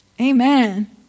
Amen